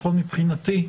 לפחות מבחינתי,